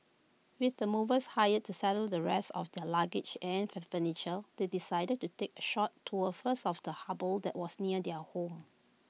with the movers hired to settle the rest of their luggage and their furniture they decided to take A short tour first of the harbour that was near their home